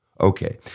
Okay